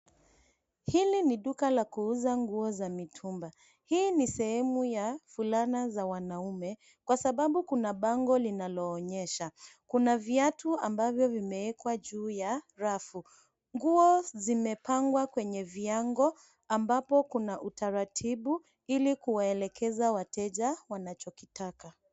Hili ni duka laa kuuza nguo ya mitumba. Hii ni sehemu ya fulana za wanaume, kwa sababu kuna bango linaloonyesha. Kuna viatu ambavyo vimewekwa juu ya rafu. Nguo zimepangwa kwenye viango ambapo kuna utaratibu ili kuwaelekeza wateja wanachokitaka.